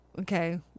Okay